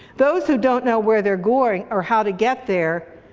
those who don't know where they're going or how to get there